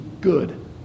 good